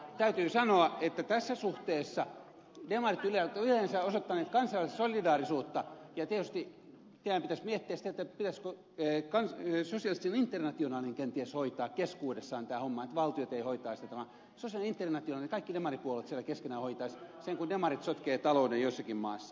täytyy sanoa että tässä suhteessa demarit ovat yleensä osoittaneet kansainvälistä solidaarisuutta ja tietysti teidän pitäisi miettiä sitä pitäisikö sosialistisen internationaalin kenties hoitaa keskuudessaan tämä homma että valtiot eivät hoitaisi tätä vaan sosialistinen internationaali kaikki demaripuolueet siellä keskenään hoitaisivat sen kun demarit sotkevat talouden jossakin maassa